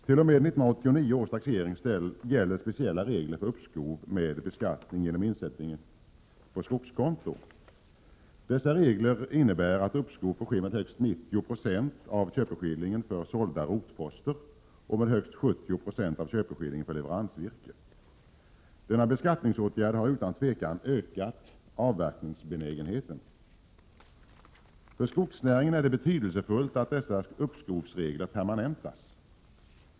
T.o.m. 1989 års taxering gäller speciella regler för uppskov med beskattning genom insättning på skogskonto. Dessa regler innebär att uppskov får ske med högst 90 96 av köpeskillingen för sålda rotposter och med högst 70 26 av köpeskillingen för leveransvirke. Denna beskattningsåtgärd har utan tvivel ökat avverkningsbenägenheten. För skogsnäringen är det betydelsefullt att dessa uppskovsregler permanentas.